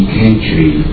country